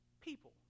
people